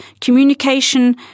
communication